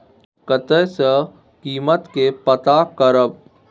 कतय सॅ कीमत के पता करब?